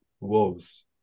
Wolves